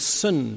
sin